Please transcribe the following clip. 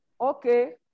Okay